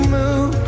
move